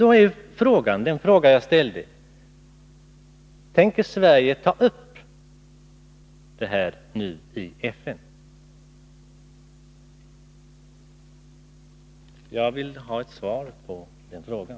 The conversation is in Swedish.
Då är ju frågan, som jag redan har ställt: Tänker Sverige ta upp denna fråga i FN? Jag vill ha ett svar på den frågan.